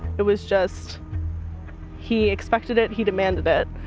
it was just he expected it. he demanded it.